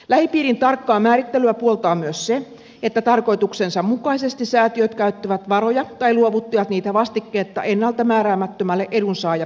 lähipiiriin tarkkaa määrittelyä puoltaa myös se että tarkoituksensa mukaisesti säätiöt käyttävät varoja tai luovuttavat niitä vastikkeetta ennalta määräämättömälle edunsaajien piirille